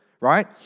right